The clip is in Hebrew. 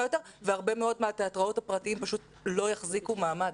יותר והרבה מאוד מהתיאטראות הפרטיים פשוט לא יחזיקו מעמד.